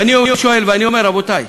ואני שואל, ואני אומר, רבותי,